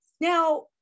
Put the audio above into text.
Now